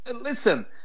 Listen